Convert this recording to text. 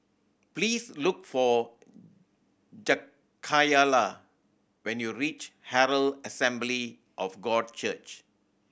please look for Jakayla when you reach Herald Assembly of God Church